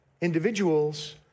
individuals